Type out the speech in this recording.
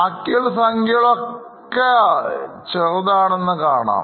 ബാക്കിയുള്ള സംഖ്യകൾ ഒക്കെ ചെറുതാണെന്ന് കാണാം